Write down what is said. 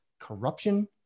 corruption